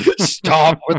Stop